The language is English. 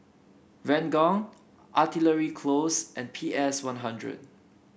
Ranggung Artillery Close and P S One Hundred